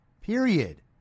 period